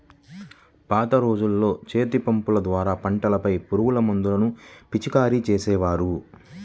పాత రోజుల్లో చేతిపంపుల ద్వారా పంటలపై పురుగుమందులను పిచికారీ చేసేవారు